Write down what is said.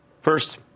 First